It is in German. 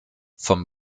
vom